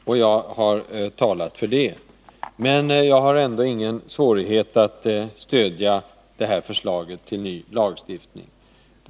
Jag har då talat för detta. Men jag har ändå inga svårigheter att stödja det här förslaget till ny lagstiftning.